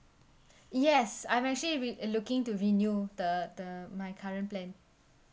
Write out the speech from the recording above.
yes I'm actually re~ uh looking to renew the the my current plan